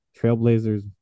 Trailblazers